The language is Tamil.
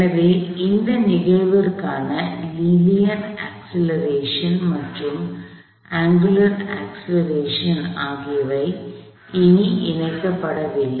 எனவே இந்த நிகழ்விற்கான லீனியர் அக்ஸ்லெரேஷன் மற்றும் அங்குலார் அக்ஸ்லெரேஷன் ஆகியவை இனி இணைக்கப்படவில்லை